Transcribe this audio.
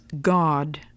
god